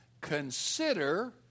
consider